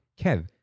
Kev